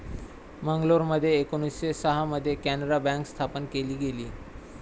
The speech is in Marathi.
मंगलोरमध्ये एकोणीसशे सहा मध्ये कॅनारा बँक स्थापन केली गेली